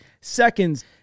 seconds